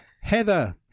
Heather